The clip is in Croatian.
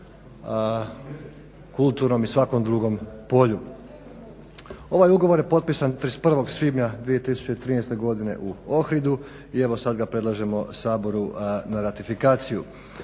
kulturnom i svakom drugom polju. Ovaj ugovor je potpisan 31.svibnja 2013.godine u Ohridu i evo sad ga predlažemo Saboru na ratifikaciju.